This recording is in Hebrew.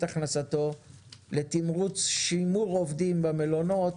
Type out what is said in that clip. הכנסתו לעבור לתמרוץ לשימור עובדים במלונות,